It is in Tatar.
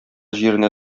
җиренә